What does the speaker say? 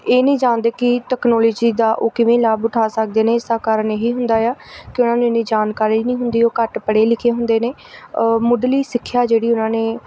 ਇਹ ਨਹੀਂ ਚਾਹੁੰਦੇ ਕਿ ਟੈਕਨੋਲੋਜੀ ਦਾ ਉਹ ਕਿਵੇਂ ਲਾਭ ਉਠਾ ਸਕਦੇ ਨੇ ਇਸਦਾ ਕਾਰਨ ਇਹ ਹੀ ਹੁੰਦਾ ਆ ਕਿ ਉਹਨਾਂ ਨੂੰ ਇੰਨੀ ਜਾਣਕਾਰੀ ਨਹੀਂ ਹੁੰਦੀ ਉਹ ਘੱਟ ਪੜ੍ਹੇ ਲਿਖੇ ਹੁੰਦੇ ਨੇ ਮੁੱਢਲੀ ਸਿੱਖਿਆ ਜਿਹੜੀ ਉਹਨਾਂ ਨੇ